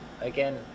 Again